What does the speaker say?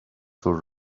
food